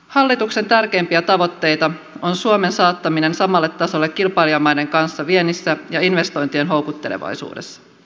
hallituksen tärkeimpiä tavoitteita on suomen saattaminen samalle tasolle kilpailijamaiden kanssa viennissä ja investointien houkuttelevaisuudessa